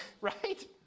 right